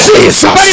Jesus